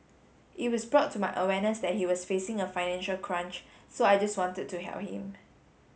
it was brought to my awareness that he was facing a financial crunch so I just wanted to help him